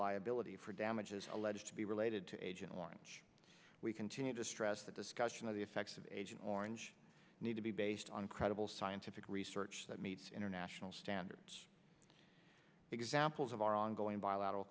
liability for damages alleged to be related to agent orange we continue to stress that discussion of the effects of agent orange need to be based on credible scientific research that meets international standards examples of our ongoing bilateral